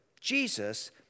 Jesus